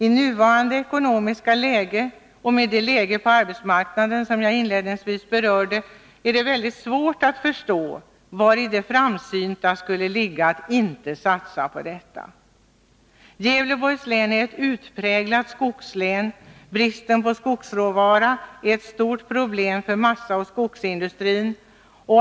I nuvarande ekonomiska läge och med läget på arbetsmarknaden, som jag inledningsvis berörde, är det mycket svårt att förstå vari det framsynta skulle ligga att inte satsa på detta. Gävleborgs län är ett utpräglat skogslän. Bristen på skogsråvara är ett stort problem för massaoch skogsindustrin.